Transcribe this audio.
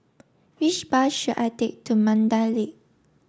which bus should I take to Mandai Lake